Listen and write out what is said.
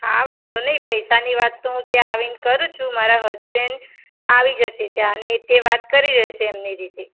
હા વાંધો નહીં પૈસાની વાત તો હું ત્યાં આવીને કરું છું મારા હસબન આવી જશે ત્યાં અને તે વાત કરી લેશે એમની રીતે